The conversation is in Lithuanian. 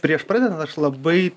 prieš pradedant aš labai